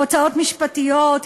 הוצאות משפטיות,